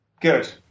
Good